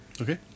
Okay